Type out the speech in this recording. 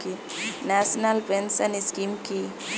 National pension scheme কি?